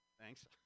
Thanks